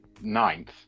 ninth